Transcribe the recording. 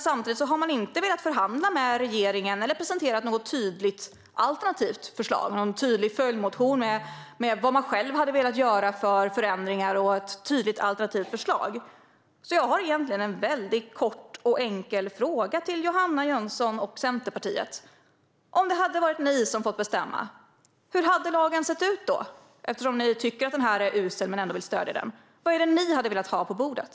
Samtidigt har man inte velat förhandla med regeringen eller presentera något tydligt alternativt förslag - en tydlig följdmotion där man presenterar vad man själva hade velat göra för förändringar. Jag har därför en väldigt kort och enkel fråga till Johanna Jönsson och Centerpartiet: Om ni hade fått bestämma, hur hade lagen sett ut? Ni tycker att förslaget är uselt men vill ändå stödja det. Vad hade ni velat ha på bordet?